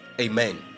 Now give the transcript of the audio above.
amen